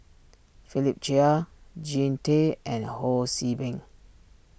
Philip Chia Jean Tay and Ho See Beng